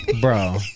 Bro